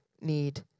need